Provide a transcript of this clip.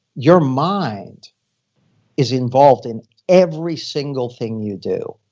your mind is involved in every single thing you do.